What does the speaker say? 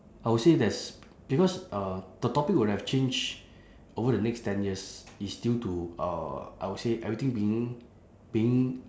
I will say there's because uh the topic would have changed over the next ten years is due to uh I will say everything being being